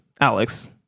Alex